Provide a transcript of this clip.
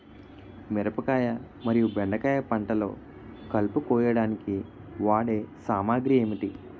మిరపకాయ మరియు బెండకాయ పంటలో కలుపు కోయడానికి వాడే సామాగ్రి ఏమిటి?